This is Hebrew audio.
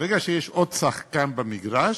ברגע שיש עוד שחקן במגרש,